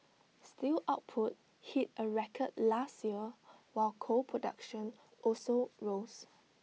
steel output hit A record last year while coal production also rose